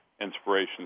inspiration